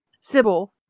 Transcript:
Sybil